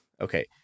okay